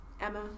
Emma